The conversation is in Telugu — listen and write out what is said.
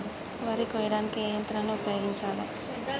వరి కొయ్యడానికి ఏ యంత్రాన్ని ఉపయోగించాలే?